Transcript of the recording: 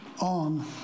on